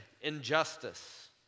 injustice